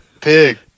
pig